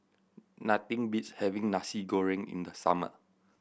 nothing beats having Nasi Goreng in the summer